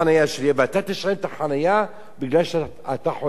אתה תשלם על החנייה בגלל שאתה חונה בחוץ.